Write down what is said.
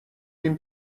این